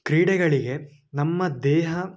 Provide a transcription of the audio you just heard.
ಕ್ರೀಡೆಗಳಿಗೆ ನಮ್ಮ ದೇಹ